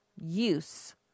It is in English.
use